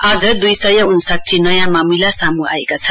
आज दुई सय उन्साठी नयाँ मामिला सामू आएका छन्